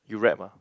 you rap ah